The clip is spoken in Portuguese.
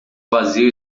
vazio